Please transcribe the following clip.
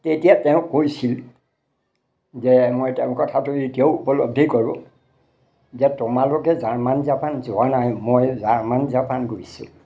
তেতিয়া তেওঁ কৈছিল যে মই তেওঁ কথাটো এতিয়াও উপলব্ধি কৰোঁ যে তোমালোকে জাৰ্মান জাপান যোৱা নাই মই জাৰ্মান জাপান গৈছিলোঁ